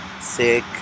sick